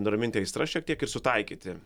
nuraminti aistras šiek tiek ir sutaikyti